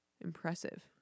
impressive